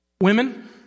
Women